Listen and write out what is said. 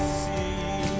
see